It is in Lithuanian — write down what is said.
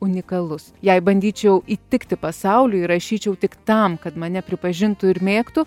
unikalus jei bandyčiau įtikti pasauliui rašyčiau tik tam kad mane pripažintų ir mėgtų